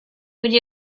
would